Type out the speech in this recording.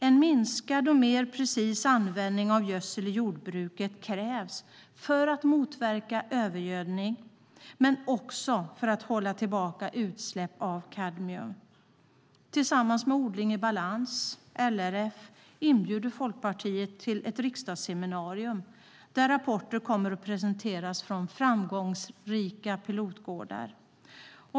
En minskad och mer precis användning av gödsel i jordbruket krävs för att motverka övergödning, men också för att hålla tillbaka utsläpp av kadmium. Tillsammans med Odling i balans och LRF inbjuder Folkpartiet till ett riksdagsseminarium där rapporter kommer att presenteras från framgångsrika pilotgårdar.